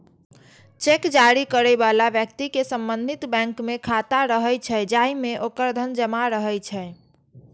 cheque जारी करै बला व्यक्ति के संबंधित बैंक मे खाता रहै छै, जाहि मे ओकर धन जमा रहै छै